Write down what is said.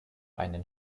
einen